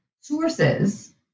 sources